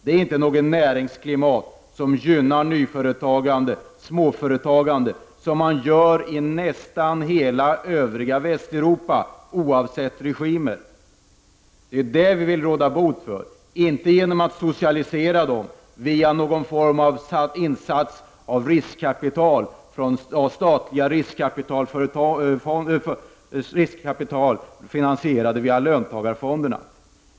Det är inte något näringsklimat som gynnar nyföretagande och småföretagande, så som man gör i nästan hela övriga Västeuropa oavsett regimen. Det vill vi råda bot på, inte genom att socialisera dem via någon form av insatser av riskkapital från statliga riskkapitalföretag finansierade genom löntagarfonderna.